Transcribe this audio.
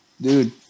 dude